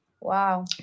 Wow